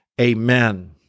Amen